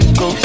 go